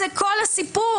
זה כל הסיפור.